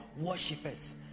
worshippers